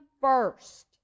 First